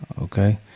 Okay